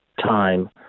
time